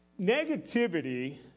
Negativity